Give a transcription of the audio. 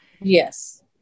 Yes